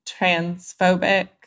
transphobic